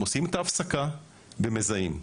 הם עושים הפסקה ומזהים.